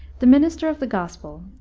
the minister of the gospel,